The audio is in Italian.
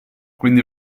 quindi